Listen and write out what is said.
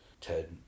Ted